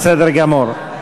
בסדר גמור.